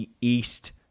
East